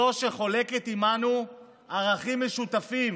זו שחולקת עימנו ערכים משותפים